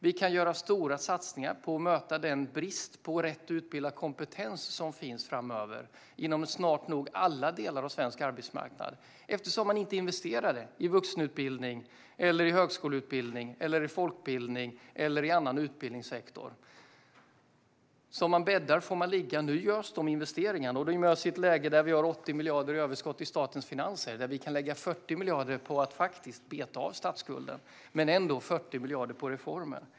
Vi kan göra stora satsningar på att möta den brist på rätt utbildad kompetens som finns framöver inom snart nog alla delar av svensk arbetsmarknad, eftersom man inte investerade i vuxenutbildning, högskoleutbildning, folkbildning eller annan utbildningssektor. Som man bäddar får man ligga. Nu görs dessa investeringar, och de görs i ett läge när vi har 80 miljarder i överskott i statens finanser. Vi kan lägga 40 miljarder på att faktiskt beta av statsskulden och samtidigt lägga 40 miljarder på reformer.